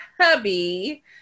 hubby